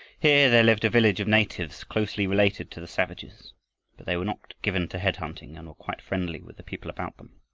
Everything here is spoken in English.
here there lived a village of natives, closely related to the savages. but they were not given to head-hunting and were quite friendly with the people about them.